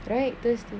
practice